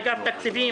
אגף התקציבים,